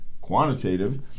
quantitative